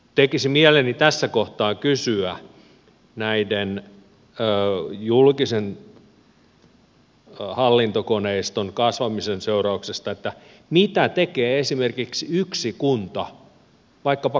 tekisi mieleni tässä kohtaa kysyä näistä julkisen hallintokoneiston kasvamisen seurauksista että mitä tekee esimerkiksi yksi kunta vaikkapa kolmella kaupunginjohtajalla